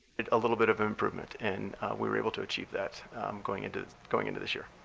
a little bit of improvement. and we were able to achieve that going into going into this year.